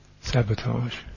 Sabotage